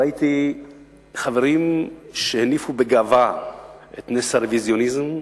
ראיתי חברים שהניפו בגאווה את נס הרוויזיוניזם,